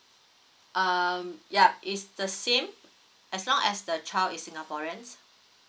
um ya It's the same as long as the child is singaporeans